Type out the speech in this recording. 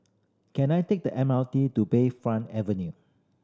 can I take the M R T to Bayfront Avenue